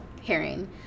hearing